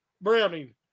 Browning